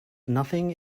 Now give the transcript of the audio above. nothing